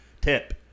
tip